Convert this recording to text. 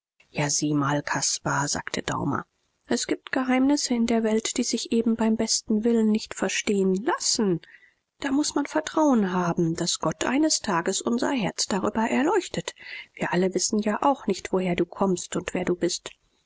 ja sieh mal caspar sagte daumer es gibt geheimnisse in der welt die sich eben beim besten willen nicht verstehen lassen da muß man vertrauen haben daß gott eines tages unser herz darüber erleuchtet wir alle wissen ja auch nicht woher du kommst und wer du bist